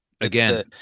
again